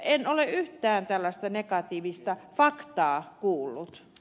en ole yhtään tällaista negatiivista faktaa kuullut